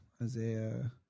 Isaiah